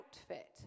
outfit